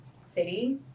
city